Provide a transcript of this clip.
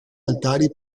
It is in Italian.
altari